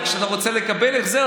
אבל כשאתה רוצה לקבל החזר,